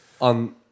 on